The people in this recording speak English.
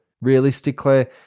Realistically